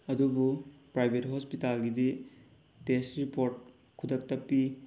ꯑꯗꯨꯕꯨ ꯄ꯭ꯔꯥꯏꯕꯦꯠ ꯍꯣꯁꯄꯤꯇꯥꯜꯒꯤꯗꯤ test report ꯈꯨꯗꯛꯇ ꯄꯤ